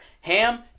Ham